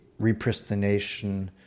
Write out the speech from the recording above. repristination